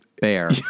Bear